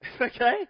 okay